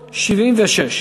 76,